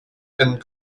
and